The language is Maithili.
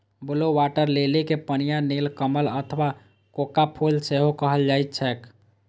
ब्लू वाटर लिली कें पनिया नीलकमल अथवा कोका फूल सेहो कहल जाइ छैक